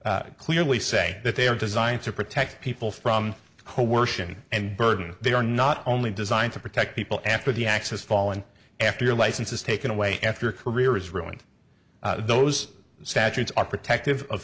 both clearly say that they are designed to protect people from coercion and burden they are not only designed to protect people after the axis fallen after your license is taken away if your career is ruined those statutes are protective of